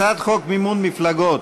בעד מירי רגב,